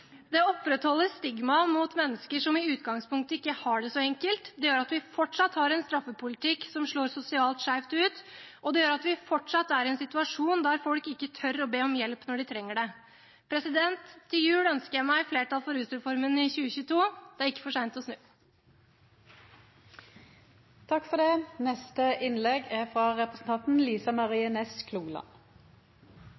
så enkelt, det gjør at vi fortsatt har en straffepolitikk som slår sosialt skjevt ut, og det gjør at vi fortsatt er i en situasjon der folk ikke tør å be om hjelp når de trenger det. Til jul ønsker jeg meg flertall for rusreformen i 2022. Det er ikke for sent å snu. Riksrevisjonen kom før sommaren ut med ein rapport om psykiske helsetenester. Han er for tida til behandling i kontroll- og konstitusjonskomiteen. Rapporten er